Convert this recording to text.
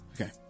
Okay